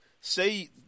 say